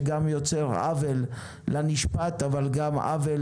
דבר שיוצר עוול לנשפט אבל גם עוול